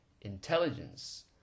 Intelligence